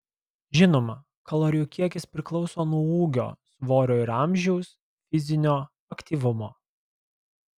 žinoma kalorijų kiekis priklauso nuo ūgio svorio ir amžiaus fizinio aktyvumo